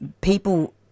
people